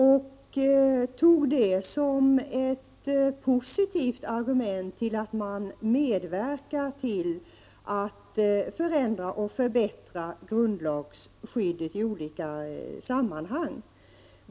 Han tog det som ett positivt argument för att man medverkar till att förändra och förbättra grundlagsskyddet i olika sammanhang.